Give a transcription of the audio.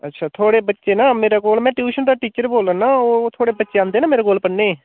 अच्छा थुआढ़े बच्चे ना मेरे कोल मैं ट्यूशन दा टीचर बोलै ना ओह् थुआड़े बच्चे औंदे ना मेरे कोल पढ़ने गी